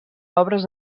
obres